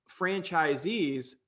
franchisees